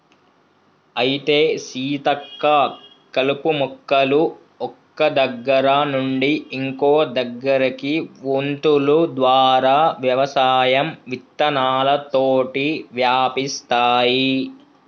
అయితే సీతక్క కలుపు మొక్కలు ఒక్క దగ్గర నుండి ఇంకో దగ్గరకి వొంతులు ద్వారా వ్యవసాయం విత్తనాలతోటి వ్యాపిస్తాయి